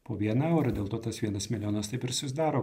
po viena eurą dėl to tas vienas milijonas taip ir susidaro